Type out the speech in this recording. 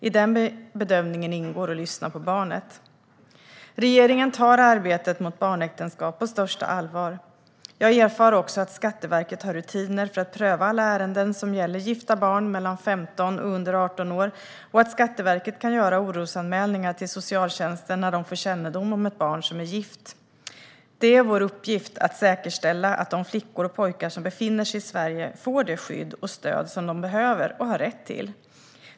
I den bedömningen ingår att lyssna på barnet. Regeringen tar arbetet mot barnäktenskap på största allvar. Jag erfar också att Skatteverket har rutiner för att pröva alla ärenden som gäller gifta barn mellan 15 och 18 år och att Skatteverket kan göra orosanmälningar till socialtjänsten när de får kännedom om ett barn som är gift. Det är vår uppgift att säkerställa att de flickor och pojkar som befinner sig i Sverige får det skydd och stöd som de behöver och har rätt till.